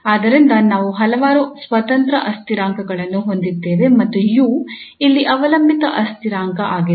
ಆದ್ದರಿಂದ ನಾವು ಹಲವಾರು ಸ್ವತಂತ್ರ ಅಸ್ಥಿರಾಂಕಗಳನ್ನು ಹೊಂದಿದ್ದೇವೆ ಮತ್ತು 𝑢 ಇಲ್ಲಿ ಅವಲಂಬಿತ ಅಸ್ಥಿರಾಂಕ ಆಗಿದೆ